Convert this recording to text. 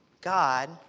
God